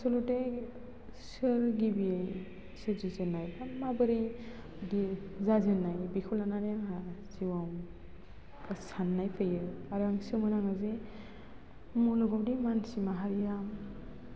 आसल'थे सोर गिबि सोरजिजेन्नाय हाब माबोरै बिदि जाजेन्नाय बेखौ लानानै आंहा जिउआव साननाय फैयो आरो आं सोमोनाङोजे मुलुगआवदि मानसि माहारिया